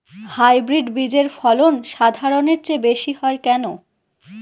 Hybrid বীজের ফলন সাধারণের চেয়ে বেশী হয় কেনো?